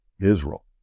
Israel